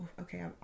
Okay